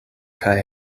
kaj